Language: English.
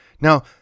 Now